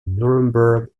nuremberg